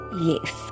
Yes